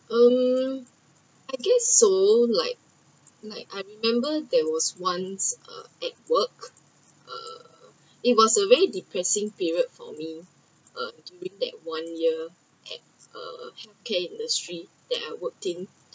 um I guess so like like I remembered there was once uh at work uh it was a very depressing period for me uh during that one year at uh care industry that I work in